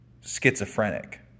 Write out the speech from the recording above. schizophrenic